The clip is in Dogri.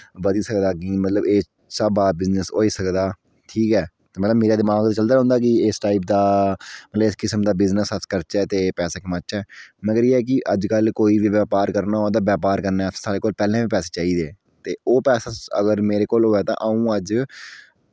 बधी सकदा अग्गें मतलब इस स्हाबा बिजनस होई सकदा ठीक ऐ ते मतलब मेरे दमाग च चलदा रौंह्दा कि इस टाईप दा मतलब इस किस्म दा बिज़नस अस करचै ते पैसे कमाचै मगर एह् ऐ कि अज्ज कल कोई बी व्यपार करना होऐ तां व्यपार करने आस्तै साढ़ै कोल पैह्लैं बी पैसे चाहिदे तो ओह् पैसा अगर मेरे कोल होऐ तां अ'ऊं अज्ज